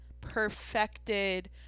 perfected